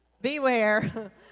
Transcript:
Beware